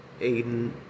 Aiden